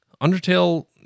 Undertale